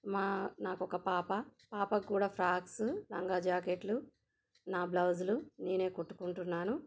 మా నాకు ఒక పాప పాపకు కూడా ఫ్రాక్స్ లంగా జాకెట్లు నా బ్లౌజులు నేనే కుట్టుకుంటున్నాను